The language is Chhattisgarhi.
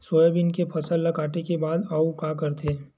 सोयाबीन के फसल ल काटे के बाद आऊ का करथे?